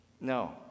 No